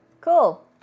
Cool